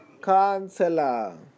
Counselor